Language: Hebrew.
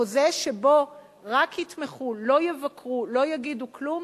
החוזה שבו רק יתמכו, לא יבקרו, לא יגידו כלום,